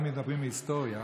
אם מדברים היסטוריה,